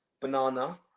banana